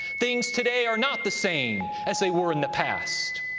things today are not the same as they were in the past.